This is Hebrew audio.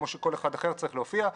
כמו שכל אחד אחר צריך להופיע.